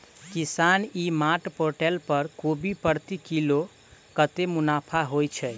किसान e mart portal पर कोबी प्रति किलो कतै मुनाफा होइ छै?